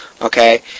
Okay